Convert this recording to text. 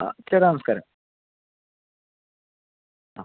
ആ ചേട്ടാ നമസ്ക്കാരം ആ